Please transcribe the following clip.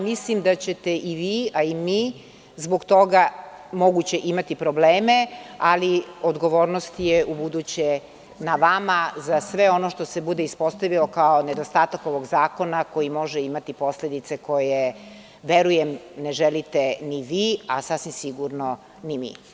Mislim da ćete i vi, a i mi zbog toga moguće imati probleme, ali odgovornost je ubuduće na vama za sve ono što se bude ispostavilo kao nedostatak ovog zakona koji može imati posledice koje, verujem, ne želite ni vi, a sasvim sigurno ni mi.